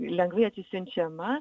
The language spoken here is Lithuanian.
lengvai atsisiunčiama